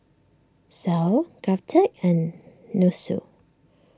Sal Govtech and Nussu